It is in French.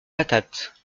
patates